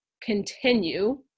continue